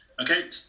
Okay